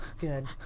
Good